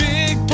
Big